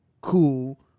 cool